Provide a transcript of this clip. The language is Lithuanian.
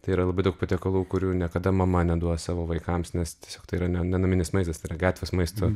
tai yra labai daug patiekalų kurių niekada mama neduos savo vaikams nes tiesiog tai yra ne naminis maistas tai yra gatvės maistu